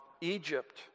Egypt